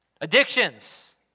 Addictions